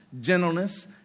gentleness